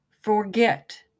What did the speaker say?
Forget